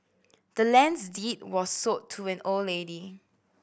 the land's deed was sold to the old lady